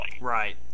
Right